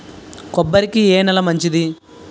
కొబ్బరి కి ఏ నేల మంచిది?